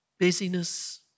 busyness